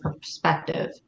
perspective